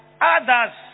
others